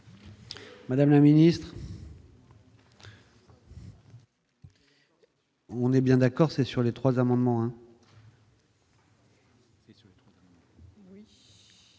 Madame la ministre. On est bien d'accord, c'est sur les 3 amendements,